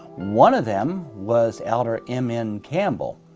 one of them was elder m. n. campbell.